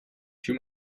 too